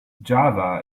java